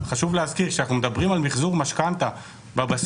חשוב להזכיר שכאשר אנחנו מדברים על מחזור משכנתה בבסיס,